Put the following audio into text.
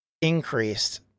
increased